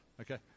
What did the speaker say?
okay